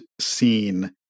scene